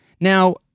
Now